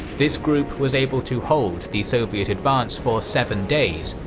this group was able to hold the soviet advance for seven days,